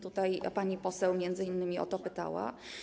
Tutaj pani poseł m.in. o to pytała.